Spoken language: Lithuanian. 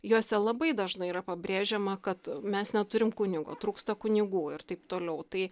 juose labai dažnai yra pabrėžiama kad mes neturim kunigo trūksta kunigų ir taip toliau tai